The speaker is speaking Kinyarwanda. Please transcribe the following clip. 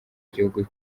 gihugu